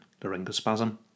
laryngospasm